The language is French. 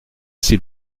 s’il